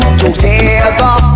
together